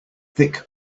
thick